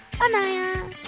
Anaya